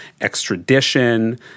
extradition